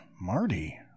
Marty